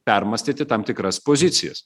permąstyti tam tikras pozicijas